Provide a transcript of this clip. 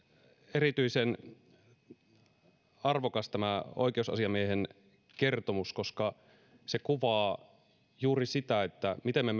erityisen arvokas tämä oikeusasiamiehen kertomus koska se kuvaa juuri sitä miten me